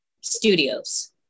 studios